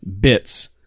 bits